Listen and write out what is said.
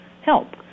help